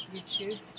YouTube